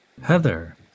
Heather